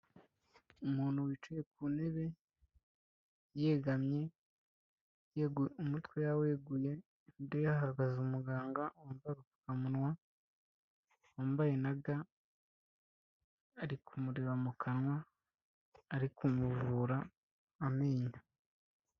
Umuntu wicaye ku ntebe yegamye , umutwe yaweguye kuruhande yagaze umuganga wambaye agapfukamunwa, wambaye na ga ari kumureba mu kanwa ari kumuvura amenyo.